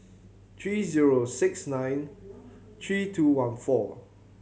three zero six nine three two one four